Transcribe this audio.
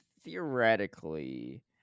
Theoretically